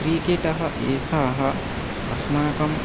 क्रीकेटः एषा अस्माकम्